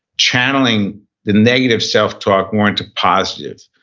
channeling the negative self-talk more into positive.